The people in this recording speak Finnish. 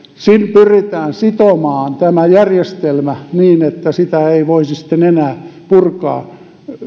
pyritään sitomaan tämä järjestelmä niin että sitä ei voisi sitten enää purkaa